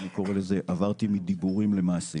אני קורא לזה עברתי מדיבורים למעשים